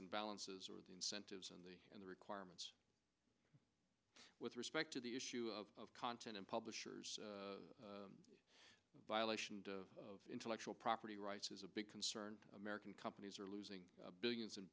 and balances or the incentives and the and the requirements with respect to the issue of content and publishers violation of intellectual property rights is a big concern american companies are losing billions and